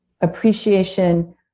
appreciation